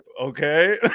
okay